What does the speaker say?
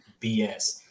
BS